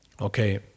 okay